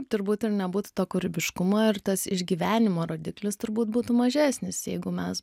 turbūt ir nebūtų to kūrybiškumo ir tas išgyvenimo rodiklis turbūt būtų mažesnis jeigu mes